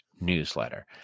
newsletter